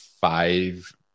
five